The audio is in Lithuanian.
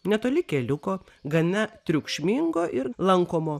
netoli keliuko gana triukšmingo ir lankomo